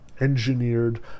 engineered